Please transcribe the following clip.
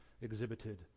exhibited